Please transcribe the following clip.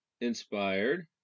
Inspired